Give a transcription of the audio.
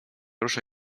ruszę